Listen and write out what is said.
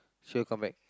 sure come back